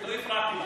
לא הפרעתי לך.